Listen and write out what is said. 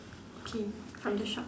okay from the shop